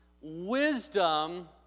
wisdom